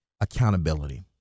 accountability